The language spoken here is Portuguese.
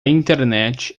internet